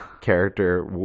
character